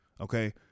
Okay